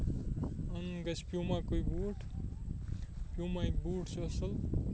اَنُن گژھِ پیٚوماکُے بوٗٹ پیٚوماہُک بوٗٹ چھِ اَصٕل